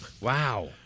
wow